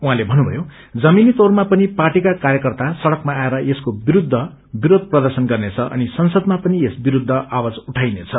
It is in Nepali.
उहाँले भन्नुथयो जमीनी तौरमा पनि पार्टीका कार्यकर्ता सड़कमा आएर यसको विरूद्व विरोष प्रद्रशन गर्नेछ अनि संसदमा पन यस विरूद्ध आवाज उठाइनेछ